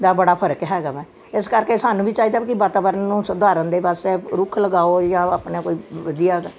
ਦਾ ਫਰਕ ਹੈਗਾ ਵੈ ਇਸ ਕਰਕੇ ਸਾਨੂੰ ਵੀ ਚਾਹੀਦਾ ਵੀ ਕੀ ਵਾਤਾਵਰਨ ਨੂੰ ਸੁਧਾਰਨ ਦੇ ਵੱਸ ਐ ਰੁੱਖ ਲਗਾਓ ਜਾਂ ਆਪਣਾ ਕੋਈ ਵਧੀਆ